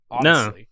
No